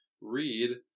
read